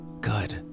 Good